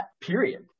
period